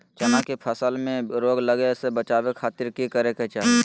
चना की फसल में रोग लगे से बचावे खातिर की करे के चाही?